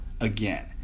again